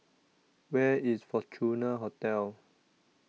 Where IS Fortuna Hotel